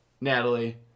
Natalie